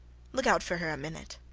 look out for her a minute.